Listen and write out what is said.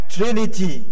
Trinity